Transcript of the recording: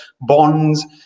bonds